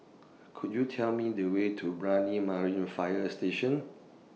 Could YOU Tell Me The Way to Brani Marine Fire Station